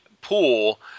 pool